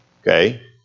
okay